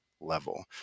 level